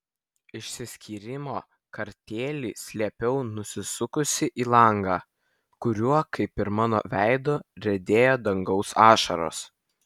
išsiskyrimo kartėlį slėpiau nusisukusi į langą kuriuo kaip ir mano veidu riedėjo dangaus ašaros